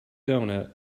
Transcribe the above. doughnut